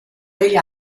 degli